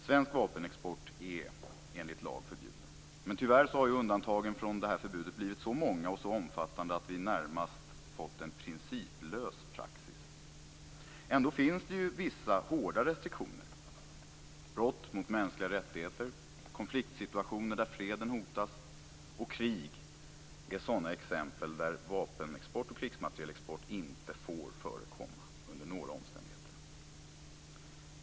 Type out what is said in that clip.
Svensk vapenexport är enligt lag förbjuden, men tyvärr har undantagen från förbudet blivit så många och så omfattande att vi närmast fått en principlös praxis. Ändå finns det vissa hårda restriktioner. Brott mot mänskliga rättigheter, konfliktsituationer där freden hotas och krig är sådana exempel där vapenexport och krigsmaterielexport inte får förekomma under några omständigheter.